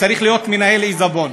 צריך להיות מנהל עיזבון.